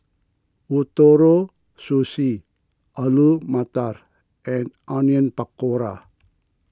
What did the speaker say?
Ootoro Sushi Alu Matar and Onion Pakora